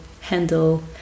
handle